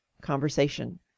conversation